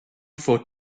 for